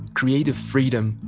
creative freedom,